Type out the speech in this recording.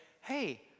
hey